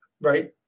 right